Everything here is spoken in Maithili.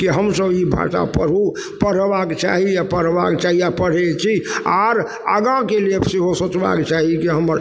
कि हम सब ई भाषा पढ़ू पढ़बाक चाही आओर पढ़बाक चाही आओर पढ़य छी आओर आगाँके लिये सेहो सोचबाक चाही कि हमर